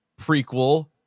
prequel